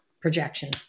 Projection